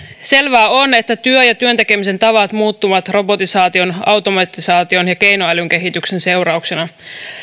selvää on että työ ja työn tekemisen tavat muuttuvat robotisaation automatisaation ja keinoälyn kehityksen seurauksena